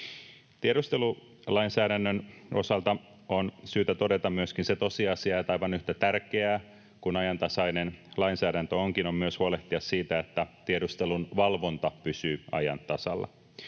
Tiedustelulainsäädännön osalta on syytä todeta myöskin se tosiasia, että aivan yhtä tärkeää — niin tärkeä kuin ajantasainen lainsäädäntö onkin — on myös huolehtia siitä, että tiedustelun valvonta pysyy ajan tasalla.